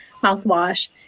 mouthwash